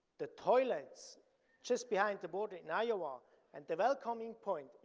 the toilets just behind the border in iowa and the welcoming point,